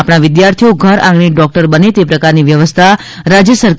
આપણા વિદ્યાર્થીઓ ઘર આંગણે ડોકટર બને તે પ્રકારની વ્યવસ્થા રાજ્ય તા